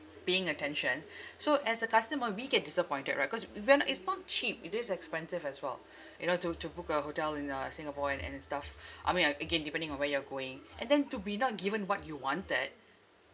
paying attention so as a customer we get disappointed right cause when it's not cheap it is expensive as well you know to to book a hotel in uh singapore and and stuff I mean uh again depending on where you're going and then to be not given what you wanted